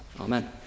amen